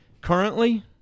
currently